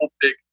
big